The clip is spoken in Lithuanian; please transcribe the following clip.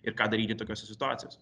ir ką daryti tokiose situacijose